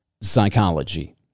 psychology